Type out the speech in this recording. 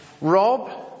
Rob